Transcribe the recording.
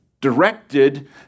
directed